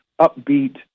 upbeat